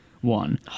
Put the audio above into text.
one